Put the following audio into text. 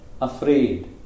afraid